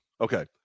Okay